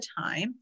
time